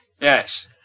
Yes